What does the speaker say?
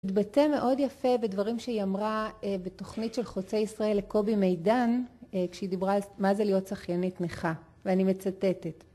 היא התבטא מאוד יפה בדברים שהיא אמרה בתוכנית של חוצי ישראל לקובי מידן כשהיא דיברה על מה זה להיות שחיינית נכה, ואני מצטטת